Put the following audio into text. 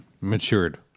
Matured